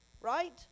Right